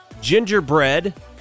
Gingerbread